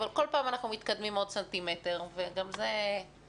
אבל כל פעם אנחנו מתקדמים עוד סנטימטר וגם זה משהו.